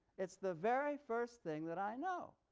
it's the very first thing that i know.